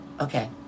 Okay